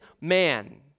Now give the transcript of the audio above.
man